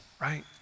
Right